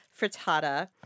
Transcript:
frittata